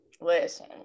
Listen